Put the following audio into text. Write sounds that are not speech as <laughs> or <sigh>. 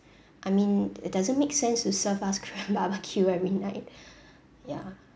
<breath> I mean it doesn't make sense to serve us korean <laughs> barbecue every night <breath> yeah